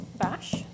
bash